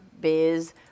biz